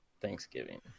Thanksgiving